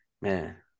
man